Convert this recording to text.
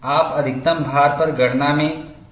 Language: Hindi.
आप अधिकतम भार पर गणना में त्रुटि नहीं करना चाहते हैं